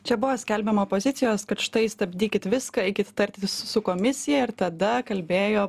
čia buvo skelbiama pozicijos kad štai stabdykit viską eikit tartis su komisija ir tada kalbėjo